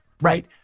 right